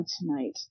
tonight